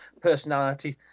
personality –